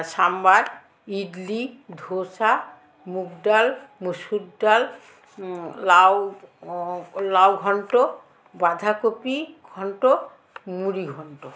সাম্বার ইডলি ধোসা মুগ ডাল মুসুর ডাল লাউ লাউ ঘণ্ট বাঁধাকপি ঘণ্ট মুড়ি ঘন্ট